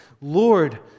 Lord